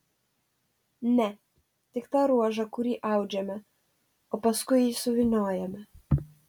ne tik tą ruožą kurį audžiame o paskui jį suvyniojame